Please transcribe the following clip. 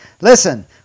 Listen